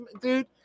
dude